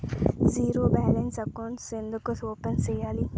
zero balance అకౌంట్లు ఎందుకు open సేయాలి